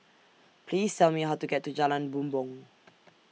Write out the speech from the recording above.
Please Tell Me How to get to Jalan Bumbong